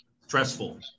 stressful